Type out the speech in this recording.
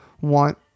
want